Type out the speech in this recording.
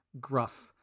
gruff